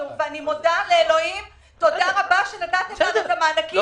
ואני מודה לאלוהים שנתתם לנו את המענקים.